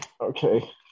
Okay